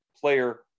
player